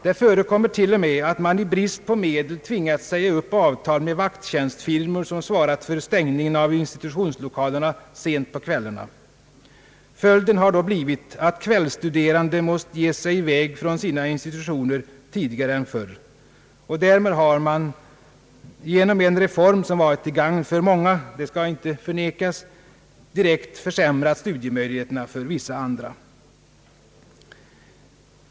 Det förekommer t.o.m. att man i brist på medel tvingats säga upp avtal med vakttjänstfirmor, som svarat för stängningen av institutionslokalerna sent på kvällarna. Följden har då blivit att kvällsstuderande måst ge sig i väg från sina institutioner tidigare än förr. Därmed har man genom en reform, som varit till gagn för många — det skall inte förnekas — direkt försämrat studiemöjligheterna för vissa andra.